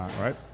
right